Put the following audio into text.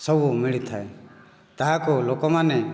ସବୁ ମିଳିଥାଏ ତାହାକୁ ଲୋକମାନେ